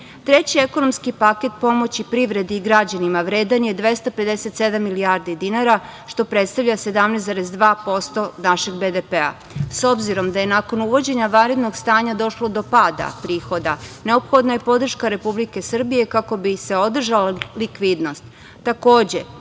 mera. Treći ekonomski paket pomoći privredi i građanima vredan je 257 milijardi dinara, što predstavlja 17,2% našeg BDP. S obzirom da je nakon uvođenja vanrednog stanja došlo do pada prihoda neophodna je podrška Republike Srbije kako bi se održala likvidnost.